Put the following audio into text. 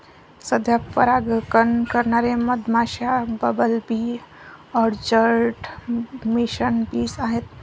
सध्या परागकण करणारे मधमाश्या, bumble bee, orchard mason bees आहेत